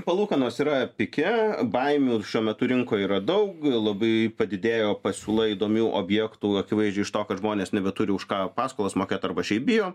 palūkanos yra pike baimių šiuo metu rinkoj yra daug labai padidėjo pasiūla įdomių objektų akivaizdžiai iš to kad žmonės nebeturi už ką paskolas mokėt arba šiaip bijo